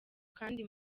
kandi